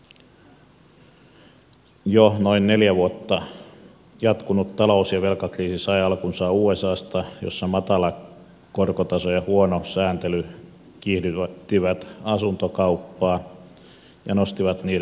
jo noin neljä vuotta jatkunut talous ja velkakriisi sai alkunsa usasta jossa matala korkotaso ja huono sääntely kiihdyttivät asuntokauppaa ja nostivat asuntojen arvoa